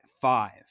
five